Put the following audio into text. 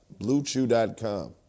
BlueChew.com